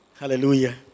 Hallelujah